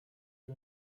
you